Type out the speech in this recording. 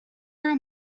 raibh